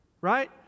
right